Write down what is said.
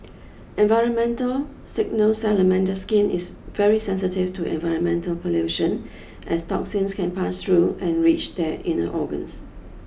environmental signals salamander skin is very sensitive to environmental pollution as toxins can pass through and reach their inner organs